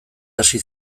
hasi